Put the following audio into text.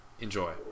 enjoy